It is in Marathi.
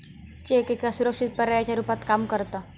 चेक एका सुरक्षित पर्यायाच्या रुपात काम करता